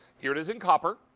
here it is in copper.